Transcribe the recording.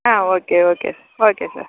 ah okay okay okay sir